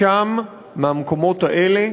משם, מהמקומות האלה,